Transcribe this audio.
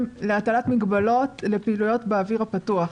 להטלת מגבלות לפעילויות באוויר הפתוח,